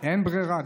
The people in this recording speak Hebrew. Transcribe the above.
אין ברירה.